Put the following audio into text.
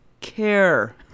care